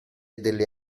delle